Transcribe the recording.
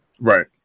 right